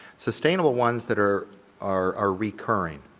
sustainable ones that are are recurring,